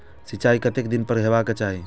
सिंचाई कतेक दिन पर हेबाक चाही?